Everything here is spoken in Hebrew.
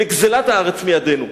ולגזלת הארץ מידינו,